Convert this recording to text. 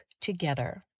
together